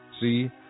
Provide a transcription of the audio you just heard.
See